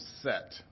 set